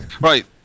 Right